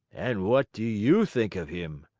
and what do you think of him?